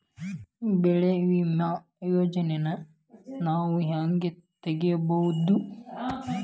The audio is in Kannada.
ಬೆಳಿ ವಿಮೆ ಯೋಜನೆನ ನಾವ್ ಹೆಂಗ್ ತೊಗೊಬೋದ್?